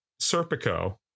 Serpico